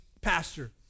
pastor